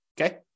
Okay